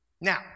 Now